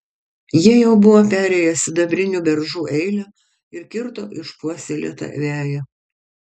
jie jau buvo perėję sidabrinių beržų eilę ir kirto išpuoselėtą veją